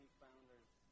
founders